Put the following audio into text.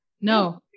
No